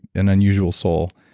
an unusual soul.